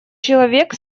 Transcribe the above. человек